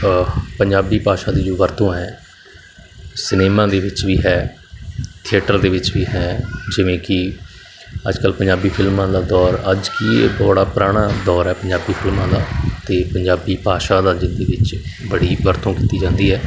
ਪੰਜਾਬੀ ਭਾਸ਼ਾ ਦੀ ਜੋ ਵਰਤੋਂ ਹੈ ਸਿਨੇਮਾ ਦੇ ਵਿੱਚ ਵੀ ਹੈ ਥਿਏਟਰ ਦੇ ਵਿੱਚ ਵੀ ਹੈ ਜਿਵੇਂ ਕਿ ਅੱਜ ਕੱਲ੍ਹ ਪੰਜਾਬੀ ਫਿਲਮਾਂ ਦਾ ਦੌਰ ਅੱਜ ਕੀ ਬੜਾ ਪੁਰਾਣਾ ਦੌਰ ਹੈ ਪੰਜਾਬੀ ਫਿਲਮਾਂ ਦਾ ਅਤੇ ਪੰਜਾਬੀ ਭਾਸ਼ਾ ਦਾ ਜ਼ਿਦਗੀ ਵਿੱਚ ਬੜੀ ਵਰਤੋ ਕੀਤੀ ਜਾਂਦੀ ਹੈ